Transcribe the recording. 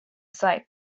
sight